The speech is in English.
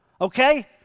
okay